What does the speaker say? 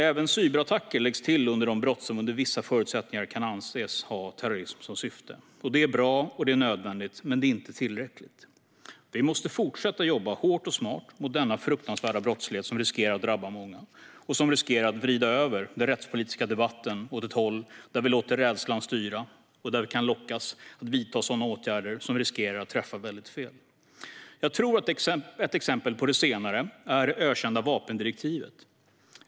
Även cyberattacker läggs till under de brott som under vissa förutsättningar kan anses ha terrorism som syfte. Detta är bra och nödvändigt, men det är inte tillräckligt. Vi måste fortsätta att jobba hårt och smart mot denna fruktansvärda brottslighet, som riskerar att drabba många och som riskerar att vrida över den rättspolitiska debatten åt ett håll där vi låter rädslan styra och där vi kan lockas att vidta sådana åtgärder som riskerar att träffa väldigt fel. Jag tror att ett exempel på det senare är det ökända vapendirektivet.